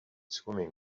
swimming